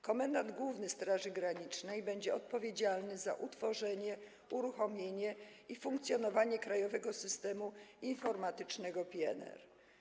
Komendant główny Straży Granicznej będzie odpowiedzialny za utworzenie, uruchomienie i funkcjonowanie Krajowego Systemu Informatycznego PNR.